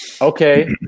Okay